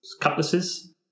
cutlasses